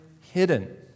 hidden